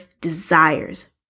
desires